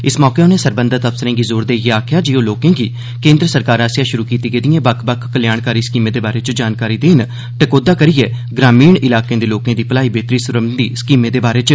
इस मौके उनें सरबंधित अफसरें गी जोर देइयै आक्खेया जे लोकें गी केन्द्र सरकार आसेया शुरु कीती गेदियें बक्ख बक्ख कल्याणकारी स्कीमें दे बारै च जानकारी दिती जा टकोहदा करियै ग्रामीण इलाकें दे लोकें दी भलाई बेहरती सरबंधी स्कीमें दे बारै च